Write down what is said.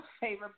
favorite